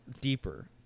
deeper